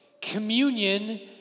Communion